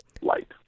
light